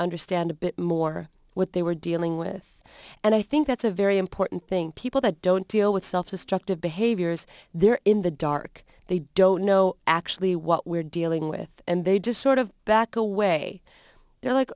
understand a bit more what they were dealing with and i think that's a very important thing people that don't deal with self destructive behaviors they're in the dark they don't know actually what we're dealing with and they just sort of back away they're like